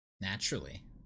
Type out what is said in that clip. Naturally